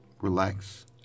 relax